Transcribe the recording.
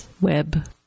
web